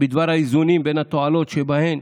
בדבר האיזונים בין התועלות שבהן